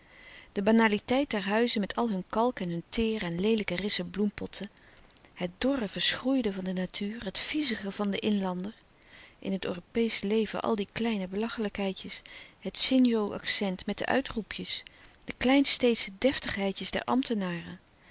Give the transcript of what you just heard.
de banaliteit der huizen met al hun kalk en hun teer en leelijke rissen bloempotten het dorre verschroeide van de natuur het viezige van den inlander in het europeesche leven al de kleine belachelijkheidjes het sinjo accent met de uitroepjes de kleinsteedsche deftigheidjes der ambtenaren